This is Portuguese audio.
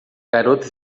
garota